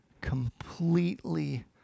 completely